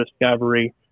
discovery